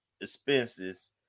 expenses